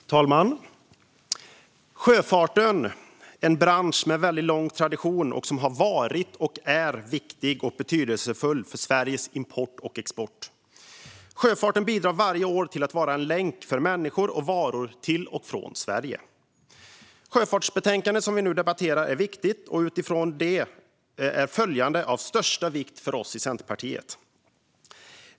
Fru talman! Sjöfarten är en bransch med väldigt lång tradition och har varit och är väldigt viktig och betydelsefull för Sveriges import och export. Sjöfarten bidrar varje år till att vara en länk för människor och varor till och från Sverige. Sjöfartsbetänkandet, som vi nu debatterar, är viktigt, och utifrån det är följande av största vikt för oss i Centerpartiet.